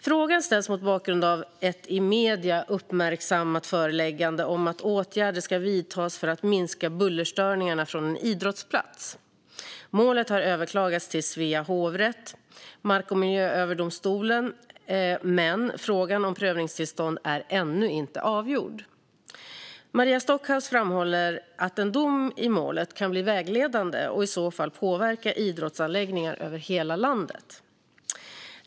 Frågan ställs mot bakgrund av ett i medier uppmärksammat föreläggande om att åtgärder ska vidtas för att minska bullerstörningarna från en idrottsplats. Målet har överklagats till Mark och miljööverdomstolen vid Svea hovrätt, men frågan om prövningstillstånd är ännu inte avgjord. Maria Stockhaus framhåller att en dom i målet kan bli vägledande och i så fall påverka idrottsanläggningar över hela landet.